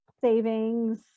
savings